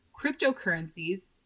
cryptocurrencies